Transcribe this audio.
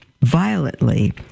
violently